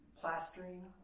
plastering